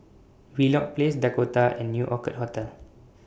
Wheelock Place Dakota and New Orchid Hotel